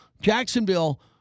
Jacksonville